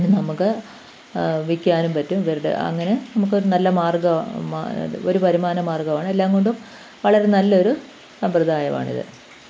നമുക്ക് വിൽക്കാനും പറ്റും ഇവരുടെ അങ്ങനെ നമുക്കൊരു നല്ല മാർഗ്ഗ ഒരു വരുമാന മാർഗ്ഗമാണ് എല്ലാം കൊണ്ടും വളരെ നല്ലൊരു സമ്പ്രദായമാണിത്